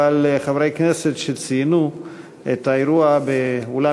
אבל חברי כנסת שציינו את האירוע באולם